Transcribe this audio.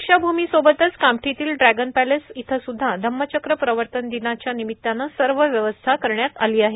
दीक्षाभूमीसोबतच कामठीतील dragon palace इथं सुद्धा धम्मचक्र प्रवर्तन दिनाच्या निमित्तानं सर्व व्यवस्था करण्यात आली आहे